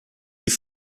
die